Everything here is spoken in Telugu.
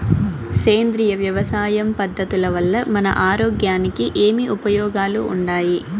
సేంద్రియ వ్యవసాయం పద్ధతుల వల్ల మన ఆరోగ్యానికి ఏమి ఉపయోగాలు వుండాయి?